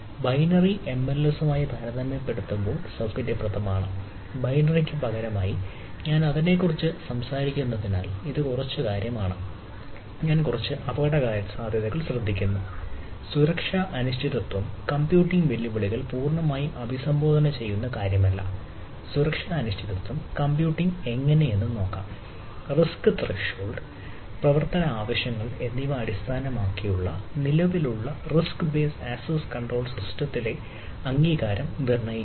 binary എംഎൽഎസുമായി പ്രവർത്തന ആവശ്യങ്ങൾ എന്നിവ അടിസ്ഥാനമാക്കി നിലവിലുള്ള റിസ്ക് ബേസ് ആക്സസ് കൺട്രോൾ സിസ്റ്റത്തിലെ അംഗീകാരം നിർണ്ണയിക്കാം